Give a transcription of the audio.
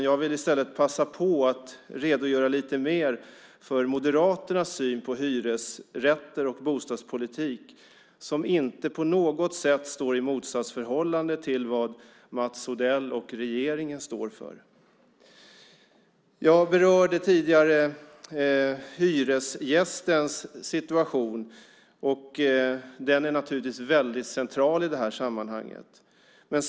Jag vill i stället passa på att redogöra lite mer för Moderaternas syn på hyresrätter och bostadspolitik, som inte på något sätt står i motsatsförhållande till vad Mats Odell och regeringen står för. Jag berörde tidigare hyresgästens situation, och den är naturligtvis mycket central i det här sammanhanget.